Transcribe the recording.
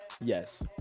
yes